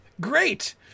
great